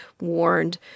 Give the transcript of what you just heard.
warned